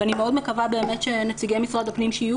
אני מאוד מקווה שנציגי משרד הפנים שנמצאים